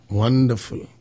wonderful